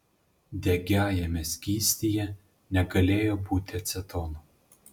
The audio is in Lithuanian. degiajame skystyje negalėjo būti acetono